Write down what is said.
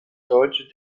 deutsche